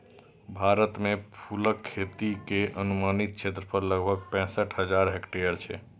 भारत मे फूलक खेती के अनुमानित क्षेत्रफल लगभग पैंसठ हजार हेक्टेयर छै